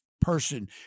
person